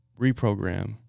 reprogram